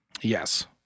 yes